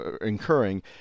incurring